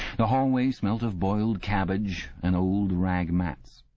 the hallway smelt of boiled cabbage and old rag mats.